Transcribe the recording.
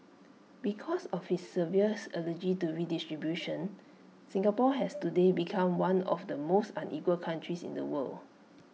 because of his severes allergy to redistribution Singapore has today become one of the most unequal countries in the world